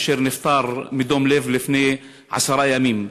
אשר נפטר מדום לב לפני עשרה ימים.